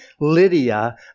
Lydia